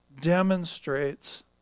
demonstrates